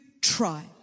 try